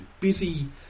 busy